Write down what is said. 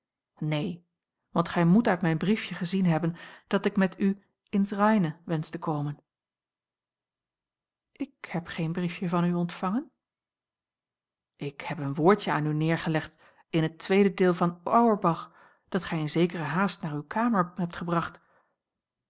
neen want gij moet uit mijn briefje gezien hebben dat ik met u ins reine wensch te komen ik heb geen briefje van u ontvangen ik heb een woordje aan u neergelegd in het tweede deel van auerbach dat gij in zekere haast naar uwe kamer hebt gebracht